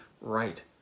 right